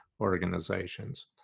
organizations